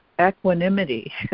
equanimity